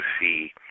see